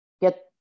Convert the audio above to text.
get